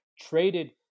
traded